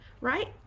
right